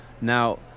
Now